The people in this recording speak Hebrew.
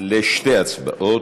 לשתי הצבעות.